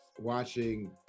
watching